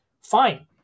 fine